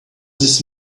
this